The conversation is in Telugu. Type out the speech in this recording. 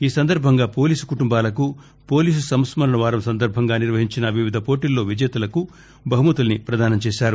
ఈ సందర్బంగా పోలీసు కుటుంబాలకు పోలీసు సంస్మరణ వారం సందర్బంగా నిర్వహించిన వివిధ పోటీల్లో విజేతలకు బహుమతుల పదానం చేశారు